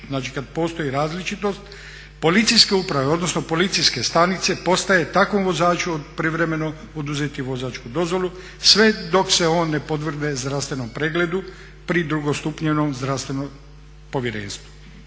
znači kada postoji različitost policijske uprave, odnosno policijske stanice postaje, takvom vozaču, privremeno oduzeti vozačku dozvolu sve dok se on ne podvrgne zdravstvenom pregledu pri drugostupanjskom zdravstvenom povjerenstvu.